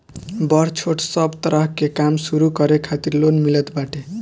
बड़ छोट सब तरह के काम शुरू करे खातिर लोन मिलत बाटे